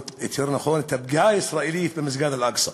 או יותר נכון את הפגיעה הישראלית במסגד אל-אקצא.